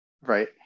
right